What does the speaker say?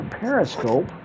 Periscope